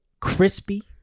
crispy